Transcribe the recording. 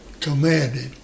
commanded